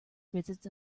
visits